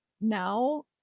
now